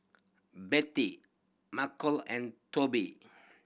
Betty Markel and Toby